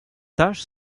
taches